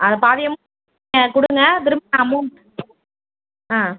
அதை பாதி அமௌண்ட் கொடுங்க திரும்ப அமௌண்ட் ஆ